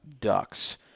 Ducks